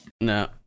No